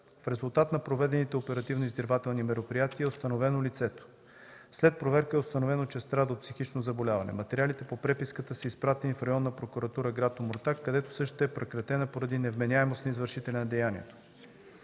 В резултат на проведените оперативно-издирвателни мероприятия лицето е установено. След проверка е установено, че страда от психично заболяване. Материалите по преписката са изпратени в Районна прокуратура – град Омуртаг, където същата е прекратена поради невменяемост на извършителя на деянието.